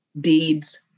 Deeds